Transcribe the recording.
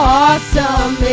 awesome